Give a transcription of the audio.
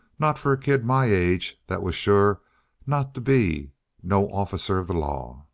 not for a kid my age that was sure not to be no officer of the law.